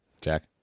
Jack